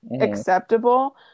acceptable